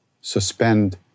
suspend